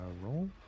Roll